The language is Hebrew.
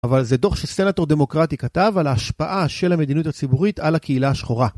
אבל זה דוח שסנטור דמוקרטי כתב על ההשפעה של המדינות הציבורית על הקהילה השחורה.